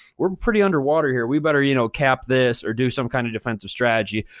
we're pretty underwater here. we better you know cap this or do some kind of defensive strategy.